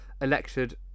elected